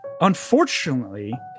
Unfortunately